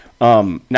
Now